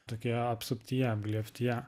tokioje apsuptyje apglėbtyje